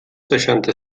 seixanta